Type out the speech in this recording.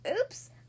Oops